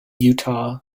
utah